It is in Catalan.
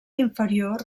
inferior